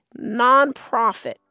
Nonprofit